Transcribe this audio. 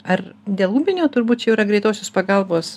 ar dėl ūminio turbūt čia jau yra greitosios pagalbos